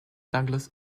douglas